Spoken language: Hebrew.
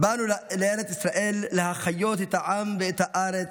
"באנו לארץ ישראל להחיות את העם ואת הארץ.